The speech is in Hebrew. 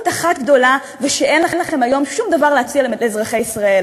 אחת גדולה ושאין לכם היום שום דבר להציע לאזרחי ישראל.